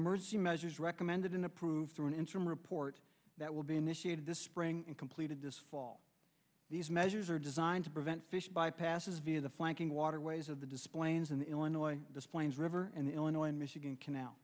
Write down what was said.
emergency measures recommended in approved through an interim report that will be initiated this spring and completed this fall these measures are designed to prevent fish bypasses via the flanking waterways of the does plains in illinois display is river and illinois and michigan can